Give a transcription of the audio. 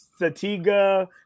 Satiga